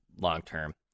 long-term